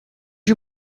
you